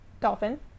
dolphin